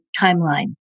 timeline